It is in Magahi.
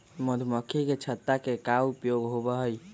मधुमक्खी के छत्ता के का उपयोग होबा हई?